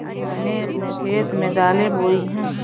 मैंने अपने खेत में दालें बोई हैं